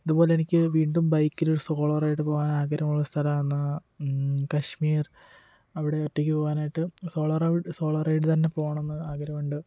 ഇതുപോലെ എനിക്ക് വീണ്ടും ബൈക്കിൽ ഒരു സോളോ റൈഡ് പോവാൻ ആഗ്രഹമുള്ള സ്ഥലമാന്ന് കശ്മീർ അവിടെ ഒറ്റക്ക് പോവാനായിട്ട് സോളോ റൈ സോളോ റൈഡ് തന്നെ പോവണം എന്ന് ആഗ്രഹമുണ്ട്